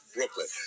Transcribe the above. Brooklyn